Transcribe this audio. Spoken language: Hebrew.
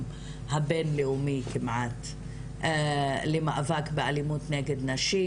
הבין-לאומי למאבק באלימות נגד נשים,